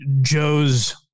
Joe's